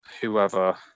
whoever